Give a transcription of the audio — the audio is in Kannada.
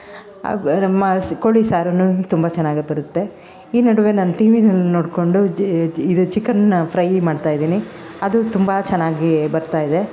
ಹಾಗೂ ನಮ್ಮ ಸ್ ಕೋಳಿ ಸಾರನ್ನೂ ತುಂಬ ಚೆನ್ನಾಗಿ ಬರುತ್ತೆ ಈ ನಡುವೆ ನಾನು ಟಿ ವಿನಲ್ಲಿ ನೋಡಿಕೊಂಡು ಇದು ಚಿಕನ್ನ ಫ್ರೈ ಮಾಡ್ತಾ ಇದ್ದೀನಿ ಅದು ತುಂಬ ಚೆನ್ನಾಗಿ ಬರ್ತಾ ಇದೆ